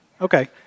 Okay